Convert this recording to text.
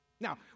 Now